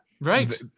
Right